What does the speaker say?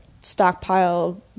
stockpile